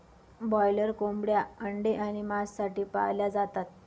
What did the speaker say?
broiler कोंबड्या अंडे आणि मांस साठी पाळल्या जातात